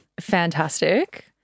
fantastic